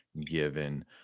given